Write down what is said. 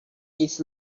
its